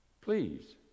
Please